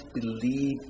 believe